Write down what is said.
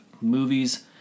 movies